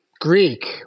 greek